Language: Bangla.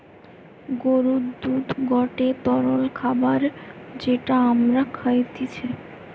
গরুর দুধ গটে তরল খাবার যেটা আমরা খাইতিছে